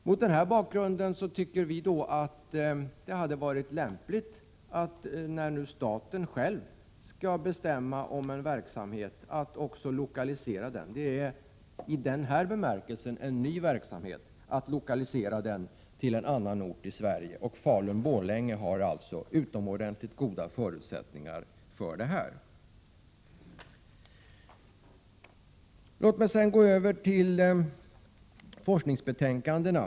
Mot denna bakgrund tycker vi att det hade varit lämpligt att, när staten nu själv skall bestämma om en i denna bemärkelse ny verksamhet, lokalisera den till en annan ort i Sverige än Stockholm. Falun/Borlänge har i det här fallet utomordentligt goda förutsättningar. Låt mig sedan gå över till forskningsbetänkandena.